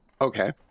Okay